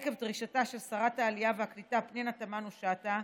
עקב דרישתה של שרת העלייה והקליטה פנינה תמנו שטה,